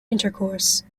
intercourse